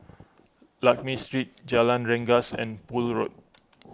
Lakme Street Jalan Rengas and Poole Road